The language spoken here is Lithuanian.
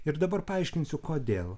ir dabar paaiškinsiu kodėl